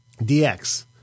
DX